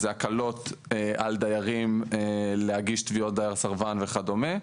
זה הקלות על דיירים להגיש תביעות דייר-סרבן וכדומה,